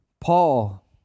Paul